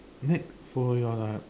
next for your that